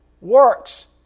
works